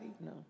No